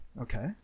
Okay